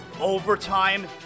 Overtime